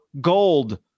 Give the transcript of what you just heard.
gold